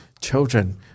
children